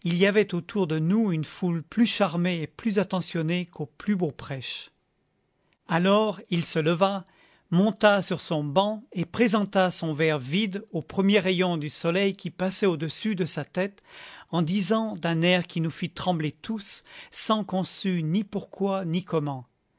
avait autour de nous une foule plus charmée et plus attentionnée qu'au plus beau prêche alors il se leva monta sur son banc et présenta son verre vide au premier rayon du soleil qui passait au-dessus de sa tête en disant d'un air qui nous fit trembler tous sans qu'on sût ni pourquoi ni comment